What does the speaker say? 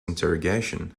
interrogation